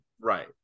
Right